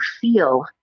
feel